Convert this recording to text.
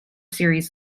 series